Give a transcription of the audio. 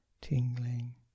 tingling